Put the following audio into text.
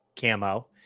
camo